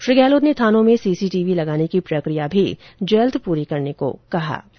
श्री गहलोत ने थानों में सीसीटीवी लगाने की प्रक्रिया भी जल्द पूरी करने को कहा है